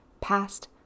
past